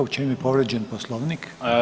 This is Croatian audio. U čemu je povrijeđen Poslovnik?